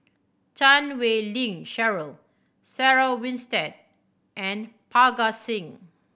Chan Wei Ling Cheryl Sarah Winstedt and Parga Singh